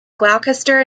gloucester